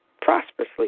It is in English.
prosperously